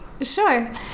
Sure